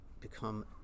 become